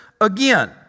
again